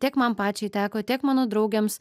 tiek man pačiai teko tiek mano draugėms